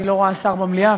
אני לא רואה שר במליאה,